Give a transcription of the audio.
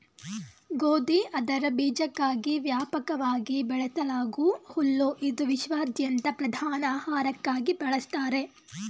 ಗೋಧಿ ಅದರ ಬೀಜಕ್ಕಾಗಿ ವ್ಯಾಪಕವಾಗಿ ಬೆಳೆಸಲಾಗೂ ಹುಲ್ಲು ಇದು ವಿಶ್ವಾದ್ಯಂತ ಪ್ರಧಾನ ಆಹಾರಕ್ಕಾಗಿ ಬಳಸ್ತಾರೆ